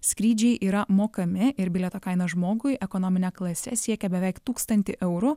skrydžiai yra mokami ir bilieto kaina žmogui ekonomine klase siekia beveik tūkstantį eurų